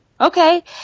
okay